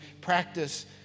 practice